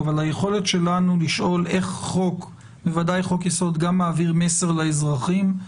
אבל חשובה גם היכולת שלנו לשאול איך חוק-יסוד מעביר מסר לאזרחים.